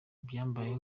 ibyambayeho